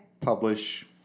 publish